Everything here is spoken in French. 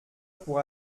pour